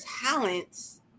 talents